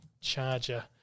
Charger